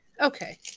Okay